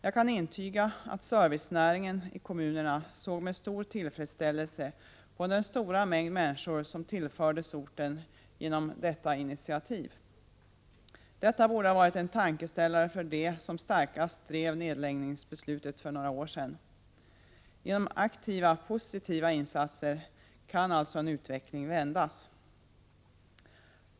Jag kan intyga att servicenäringen i kommunerna såg med stor tillfredsställelse på den stora mängd människor som tillfördes orterna genom detta initiativ. Det borde ha varit en tankeställare för dem som starkast drev nedläggningsbeslutet för några år sedan. Genom aktiva positiva insatser kan alltså en utveckling vändas.